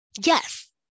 Yes